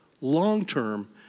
long-term